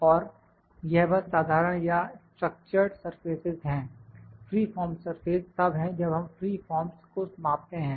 और यह बस साधारण या स्ट्रक्चर्ड सर्फेसेस हैं फ्री फॉर्म सर्फेस तब हैं जब हम फ्री फॉर्म्स को मापते हैं